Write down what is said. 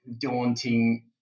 daunting